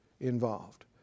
involved